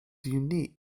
unique